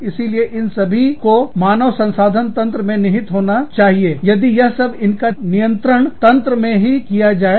इसीलिए इन सभी को मानव संसाधन तंत्र में निहित होना चाहिए यदि यह सब इनका नियंत्रण तंत्र में ही किया जाए